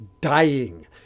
Dying